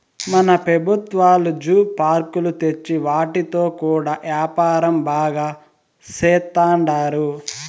మన పెబుత్వాలు జూ పార్కులు తెచ్చి వాటితో కూడా యాపారం బాగా సేత్తండారు